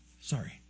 Sorry